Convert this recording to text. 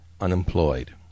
unemployed